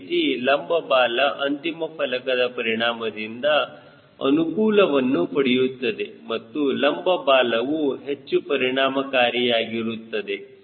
ಅದೇ ರೀತಿ ಲಂಬ ಬಾಲ ಅಂತಿಮ ಫಲಕದ ಪರಿಣಾಮದಿಂದ ಅನುಕೂಲವನ್ನು ಪಡೆಯುತ್ತದೆ ಮತ್ತು ಲಂಬ ಬಾಲವು ಹೆಚ್ಚು ಪರಿಣಾಮಕಾರಿಯಾಗುತ್ತದೆ